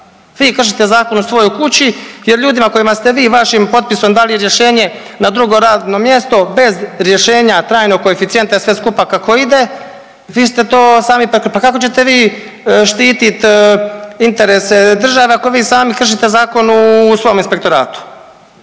Vi kršite zakon u svojoj kući jer ljudi kojima ste vi vašim potpisom dali rješenje na drugo radno mjesto bez rješenja trajnog koeficijenta i sve skupa kao ide, vi ste to sami pa kako ćete vi štiti interese države ako vi sami kršite zakon u svom inspektoratu.